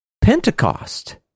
Pentecost